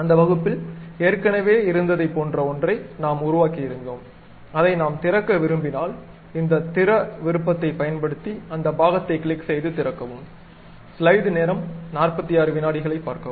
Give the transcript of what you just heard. அந்த வகுப்பில் ஏற்கனவே இருந்ததைப் போன்ற ஒன்றை நாம் உருவாக்கியிருந்தோம் அதை நாம் திறக்க விரும்பினால் இந்த திற விருப்பத்தைப் பயன்படுத்தி அந்த பாகத்தை கிளிக் செய்து திறக்கவும்